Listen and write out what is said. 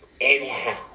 Anyhow